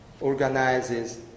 organizes